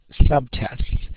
subtests